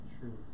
true